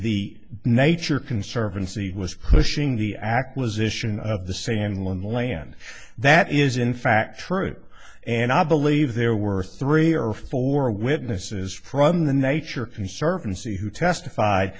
the nature conservancy was pushing the acquisition of the same land that is in fact true and i believe there were three or four witnesses from the nature conservancy who testif